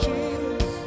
Jesus